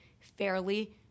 fairly